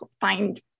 find